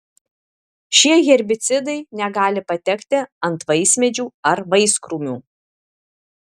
šie herbicidai negali patekti ant vaismedžių ar vaiskrūmių